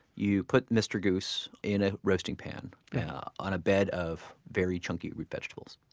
you put mr. goose in a roasting pan on a bed of very chunky root vegetables.